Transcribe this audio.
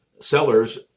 sellers